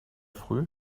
früh